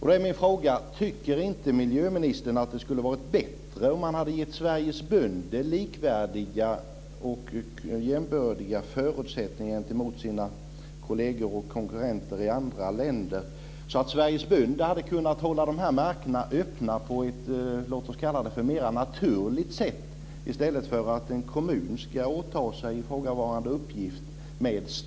Då är min fråga: Tycker inte miljöministern att det skulle ha varit bättre om man hade gett Sveriges bönder jämbördiga förutsättningar med dem som deras kolleger och konkurrenter i andra länder har, så att de hade kunnat hålla dessa marker öppna på ett mera naturligt sätt i stället för att en kommun med hjälp av statsmedel ska åta sig ifrågavarande uppgift?